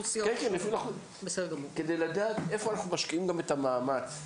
אנחנו משקיעים את המאמץ,